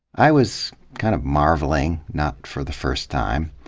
i was kind of marveling, not for the first time,